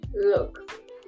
look